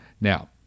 Now